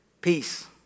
Peace